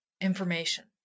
information